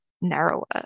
narrower